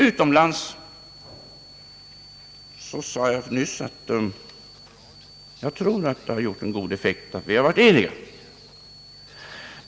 Jag sade nyss att jag tror att det utomlands har gjort en god effekt att vi varit eniga.